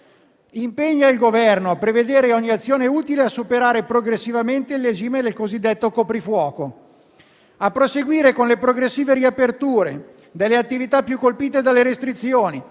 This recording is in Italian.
«impegna il Governo (...) a prevedere ogni azione utile a superare progressivamente il regime del cosiddetto coprifuoco: a proseguire con le progressive riaperture delle attività più colpite dalle restrizioni,